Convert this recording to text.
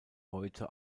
heute